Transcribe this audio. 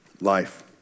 life